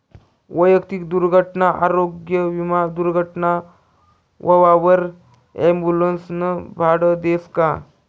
वैयक्तिक दुर्घटना आरोग्य विमा दुर्घटना व्हवावर ॲम्बुलन्सनं भाडं देस का?